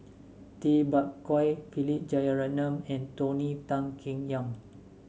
Tay Bak Koi Philip Jeyaretnam and Tony Tan Keng Yam